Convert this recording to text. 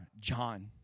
John